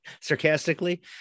Sarcastically